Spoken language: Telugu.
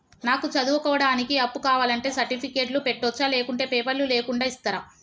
నాకు చదువుకోవడానికి అప్పు కావాలంటే సర్టిఫికెట్లు పెట్టొచ్చా లేకుంటే పేపర్లు లేకుండా ఇస్తరా?